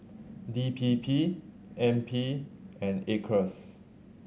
D P P N P and Acres